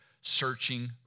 searching